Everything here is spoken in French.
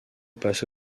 passe